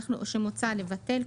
שמוצע לבטל,